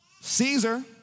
Caesar